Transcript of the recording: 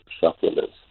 supplements